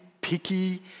picky